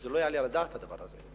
זה לא יעלה על הדעת, הדבר הזה.